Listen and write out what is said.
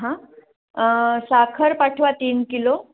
हां साखर पाठवा तीन किलो